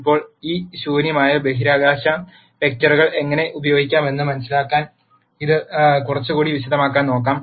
ഇപ്പോൾ ഈ ശൂന്യമായ ബഹിരാകാശ വെക്റ്ററുകൾ എങ്ങനെ ഉപയോഗിക്കാമെന്ന് മനസിലാക്കാൻ ഇത് കുറച്ചുകൂടി വിശദമായി നോക്കാം